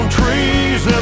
trees